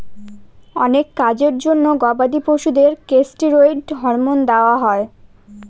অনেক কাজের জন্য গবাদি পশুদের কেষ্টিরৈড হরমোন দেওয়া হয়